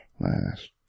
Last